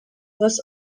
was